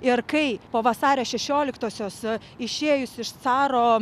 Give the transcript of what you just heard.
ir kai po vasario šešioliktosios išėjus iš caro